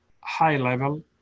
high-level